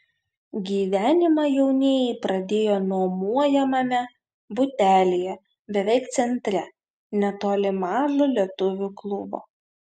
gyvenimą jaunieji pradėjo nuomojamame butelyje beveik centre netoli mažo lietuvių klubo